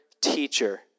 teacher